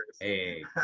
Hey